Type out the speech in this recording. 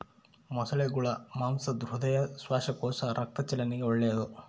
ಮೊಸಳೆಗುಳ ಮಾಂಸ ಹೃದಯ, ಶ್ವಾಸಕೋಶ, ರಕ್ತ ಚಲನೆಗೆ ಒಳ್ಳೆದು